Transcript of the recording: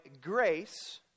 grace